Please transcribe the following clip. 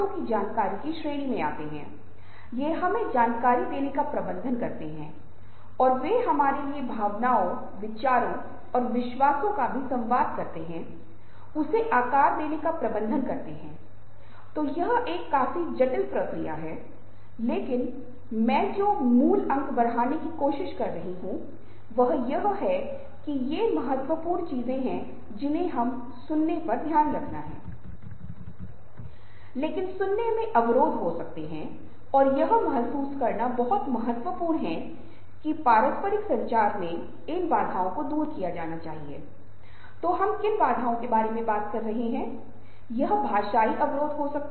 इसलिए ये लोग उन क्रेडिट का आनंद लेते हैं जो वे आनंद लेते हैं और वे हमेशा पसंद करते हैं कि वे जो कुछ भी कह रहे हैं यह वह है वे सच बोलेंगे वे मन की बात करेंगे वे कभी परेशान नहीं करेंगे कि दूसरे व्यक्ति क्या सोच रहे हैं दूसरों के बारे में क्या सोचते हैं बल्कि जो भी उनके मन में आता है वे तब और वहां के परिणामों को समझे बिना बोलेंगे क्योंकि हम इंसान हैं और कई बार शायद व्यक्ति के चेहरे पर सीधे बोलना बहुत व्यावहारिक नहीं है इसलिए कभी कभी यह बहुत प्रभावी भी नहीं हो सकता है